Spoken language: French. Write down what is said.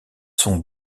son